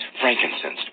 frankincense